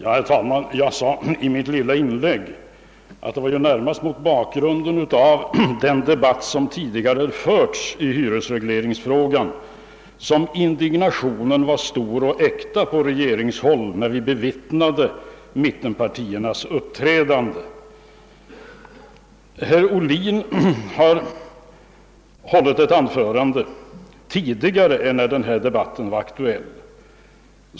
Herr talman! I mitt lilla inlägg sade jag att det närmast var mot bakgrund av den debatt som tidigare förts i hyresregleringsfrågan som indignationen var stor och äkta på regeringshåll när vi bevittnade mittenpartiernas uppträdande. Herr Ohlin har hållit ett anförande tidigare än denna debatt var aktuell.